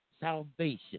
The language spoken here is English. salvation